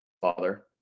father